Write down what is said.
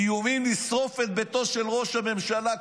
איומים לשרוף את ביתו של ראש הממשלה,